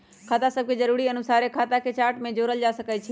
खता सभके जरुरी अनुसारे खता के चार्ट में जोड़ल जा सकइ छै